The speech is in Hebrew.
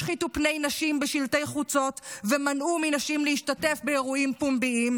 השחיתו פני נשים בשלטי חוצות ומנעו מנשים להשתתף באירועים פומביים,